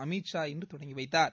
அமித் ஷா இன்று தொடங்கி வைத்தார்